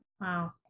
Wow